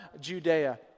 Judea